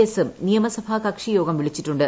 എസും നിയമസഭാ കക്ഷിയോഗം വിളിച്ചിട്ടുണ്ട്